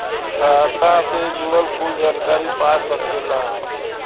खाता से जुड़ल कुल जानकारी पा सकेला